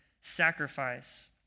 sacrifice